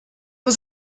was